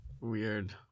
Weird